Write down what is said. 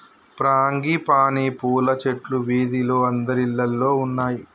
frangipani పూల చెట్లు వీధిలో అందరిల్లల్లో ఉన్నాయి